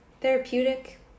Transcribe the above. Therapeutic